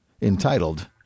entitled